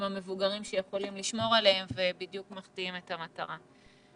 המבוגרים שיכולים לשמור עליהם ובדיוק מחטיאים את המטרה.